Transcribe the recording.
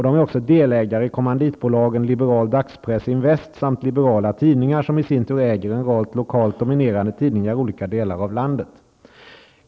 De är också delägare i kommanditbolagen Liberal Dagspress Invest samt Liberala Tidningar, som i sin tur äger en rad lokalt dominerande tidningar i olika delar av landet.